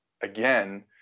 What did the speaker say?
again